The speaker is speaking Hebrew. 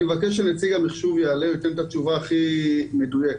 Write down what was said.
אני מבקש שנציג המחשוב יעלה וייתן את התשובה הכי מדויקת.